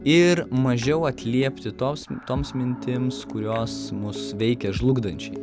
ir mažiau atliepti tos toms mintims kurios mus veikia žlugdančiai